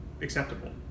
acceptable